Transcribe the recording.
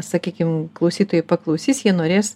sakykim klausytojai paklausys jie norės